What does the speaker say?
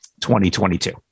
2022